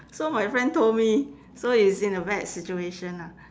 so my friend told me so it's in a bad situation ah